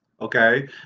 Okay